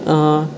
अं